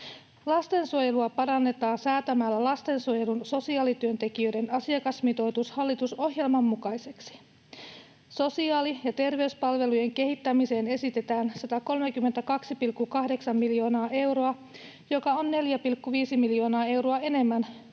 Lastensuojelua parannetaan säätämällä lastensuojelun sosiaalityöntekijöiden asiakasmitoitus hallitusohjelman mukaiseksi. Sosiaali- ja terveyspalvelujen kehittämiseen esitetään 132,8 miljoonaa euroa, joka on 4,5 miljoonaa euroa enemmän kuin